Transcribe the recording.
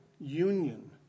union